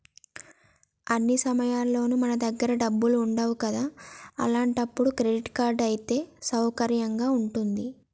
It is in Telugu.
అన్ని సమయాల్లోనూ మన దగ్గర డబ్బులు ఉండవు కదా అట్లాంటప్పుడు క్రెడిట్ కార్డ్ అయితే సౌకర్యంగా ఉంటది